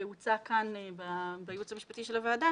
שהוצע כאן בייעוץ המשפטי של הוועדה,